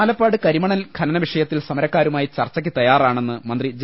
ആലപ്പാട് കരിമണൽ ഖനനവിഷയത്തിൽ സമരക്കാരുമായി ചർച്ചയ്ക്ക് തയ്യാറാണെന്ന് മന്ത്രി ജെ